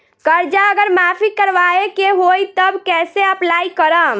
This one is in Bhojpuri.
कर्जा अगर माफी करवावे के होई तब कैसे अप्लाई करम?